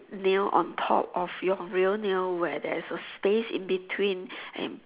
nail on top of your real nail where there is a space in between and